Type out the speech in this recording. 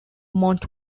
mont